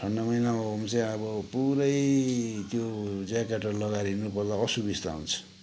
ठन्डा महिनामा हो भने चाहिँ अब पुरै त्यो ज्याकेटहरू लगाएर हिँड्नुपर्दा असुविस्ता हुन्छ